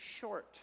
short